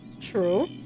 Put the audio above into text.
true